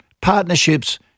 Partnerships